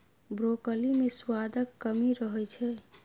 broccoli मे सुआदक कमी रहै छै